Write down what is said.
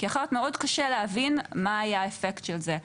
כי אחרת מאוד קשה להבין מה היה האפקט של זה.